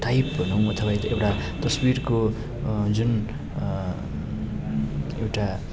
type भनौँ अथवा एउटा तस्बिरको जुन एउटा